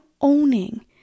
owning